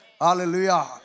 hallelujah